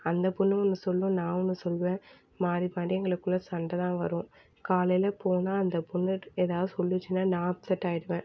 அந்த பொண்ணு ஒன்று சொல்லும் நான் ஒன்று சொல்லுவேன் மாறி மாறி எங்களுக்குள்ள சண்டை தான் வரும் காலையில் போனால் அந்த பொண்ணு எதாவது சொல்லுச்சின்னால் நான் அப்செட் ஆகிடுவேன்